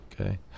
Okay